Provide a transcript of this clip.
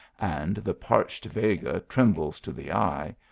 and the parched vega trembles to the eye,